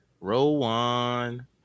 Rowan